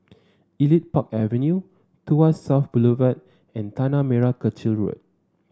Elite Park Avenue Tuas South Boulevard and Tanah Merah Kechil Road